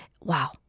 Wow